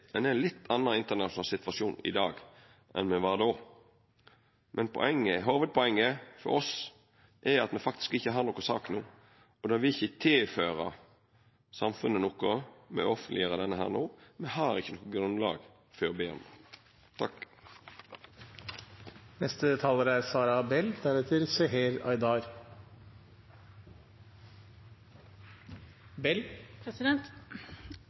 ein er i ein litt annan internasjonal situasjon i dag enn ein var då. Men hovudpoenget for oss er at me faktisk ikkje har noka sak no, og det å offentleggjera dette no vil ikkje tilføra samfunnet noko. Me har ikkje noko grunnlag for å be om